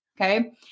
Okay